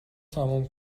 تموم